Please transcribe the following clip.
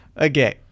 okay